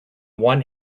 one